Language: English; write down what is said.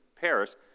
Paris